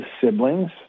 siblings